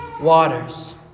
waters